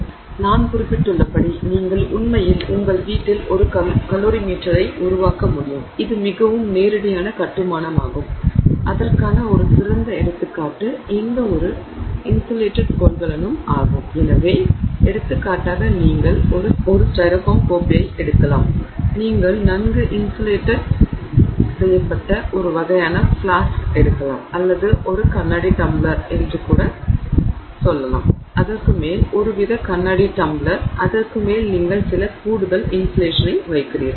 எனவே நான் குறிப்பிட்டுள்ளபடி நீங்கள் உண்மையில் உங்கள் வீட்டில் ஒரு கலோரிமீட்டரை உருவாக்க முடியும் இது மிகவும் நேரடியான கட்டுமானமாகும் அதற்கான ஒரு சிறந்த எடுத்துக்காட்டு எந்தவொரு இன்சுலேட்டட் கொள்கலனும் ஆகும் எனவே எடுத்துக்காட்டாக நீங்கள் ஒரு ஸ்டைரோஃபோம் கோப்பை எடுக்கலாம் நீங்கள் நன்கு இன்சுலேட்டட் ஒரு வகையான ஃபிளாஸ்க் எடுக்கலாம் அல்லது ஒரு கண்ணாடி டம்ளர் என்று கூட சொல்லலாம் அதற்கு மேல் ஒருவித கண்ணாடி டம்ளர் அதற்கு மேல் நீங்கள் சில கூடுதல் இன்சுலேஷன் வைக்கிறீர்கள்